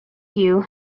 you